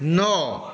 नओ